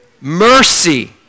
mercy